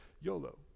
YOLO